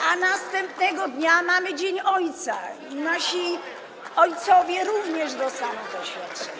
A następnego dnia mamy Dzień Ojca, nasi ojcowie również dostaną to świadczenie.